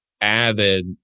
avid